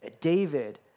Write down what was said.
David